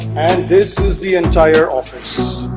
and this is the entire office